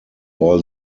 all